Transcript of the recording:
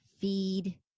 feed